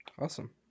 Awesome